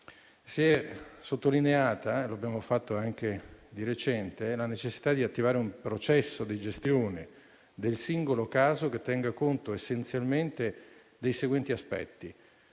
Si è sottolineata, anche di recente, la necessità di attivare un processo di gestione del singolo caso che tenga conto essenzialmente dei seguenti aspetti: